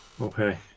okay